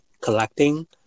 collecting